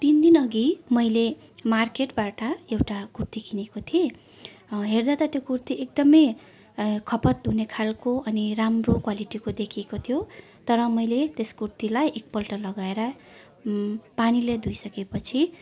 तिन दिनअघि मैले मार्केटबाट एउटा कुर्ती किनेको थिएँ हेर्दा त त्यो कुर्ती एकदमै खपत हुने खालको अनि राम्रो क्वालिटीको देखिएको थियो तर मैले त्यस कुर्तीलाई एकपल्ट लगाएर पानीले धोइसकेपछि